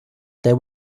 there